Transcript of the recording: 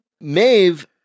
Maeve